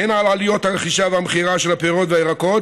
הן על עלויות הרכישה והמכירה של הפירות והירקות